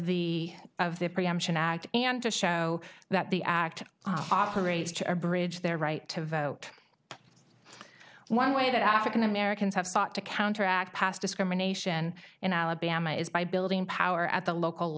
the of the preemption act and to show that the act operates to abridge their right to vote one way that african americans have sought to counteract past discrimination in alabama is by building power at the local